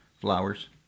flowers